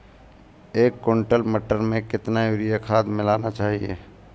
एक कुंटल मटर में कितना यूरिया खाद मिलाना चाहिए?